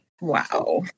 Wow